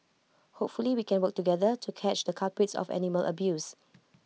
hopefully we can work together to catch the culprits of animal abuse